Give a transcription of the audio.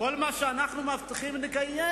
שכל מה שאנחנו מבטיחים, נקיים.